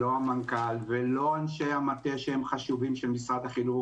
לא המנכ"ל ולא אנשי המטה של משרד החינוך שהם חשובים.